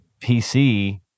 pc